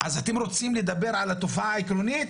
אז אתם רוצים לדבר על התופעה העקרונית?